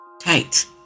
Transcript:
tight